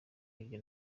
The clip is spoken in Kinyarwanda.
hirya